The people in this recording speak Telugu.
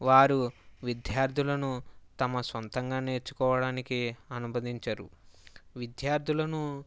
వారు విద్యార్థులను తమ సొంతంగా నేర్చుకోవడానికి అనుమతించరు విద్యార్థులను